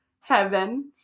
Heaven